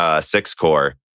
six-core